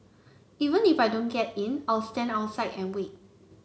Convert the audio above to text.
even if I don't get in I'll stand outside and wait